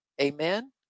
Amen